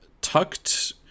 tucked